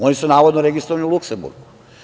Oni su navodno registrovani u Luksemburgu.